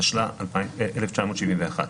התשל"א-1971.